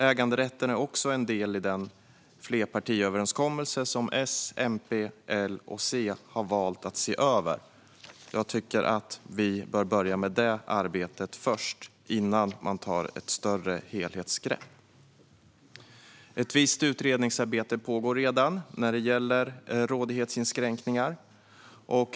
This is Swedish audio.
Äganderätten är också en del i den flerpartiöverenskommelse som S, MP, L och C har valt att se över. Jag tycker att vi bör börja med detta arbete innan det tas ett större helhetsgrepp. Ett visst utredningsarbete pågår redan när det gäller rådighetsinskränkningar.